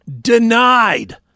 Denied